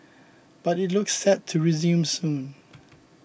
but it looks set to resume soon